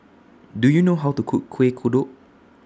Do YOU know How to Cook Kuih Kodok